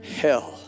hell